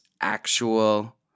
actual